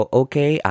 okay